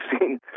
seen